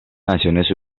naciones